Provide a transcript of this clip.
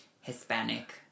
Hispanic